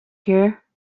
here